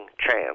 chance